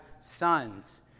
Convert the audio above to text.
sons